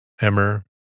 emmer